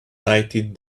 lighted